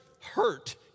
hurt